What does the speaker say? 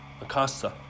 Acosta